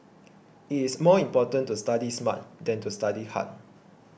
it is more important to study smart than to study hard